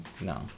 no